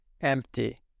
empty